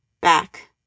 Back